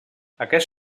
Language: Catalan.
aquest